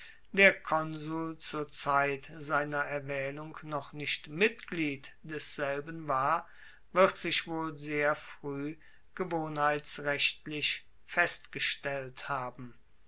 der konsul zur zeit seiner erwaehlung noch nicht mitglied desselben war wird sich wohl sehr frueh gewohnheitsrechtlich festgestellt haben